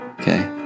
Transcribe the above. Okay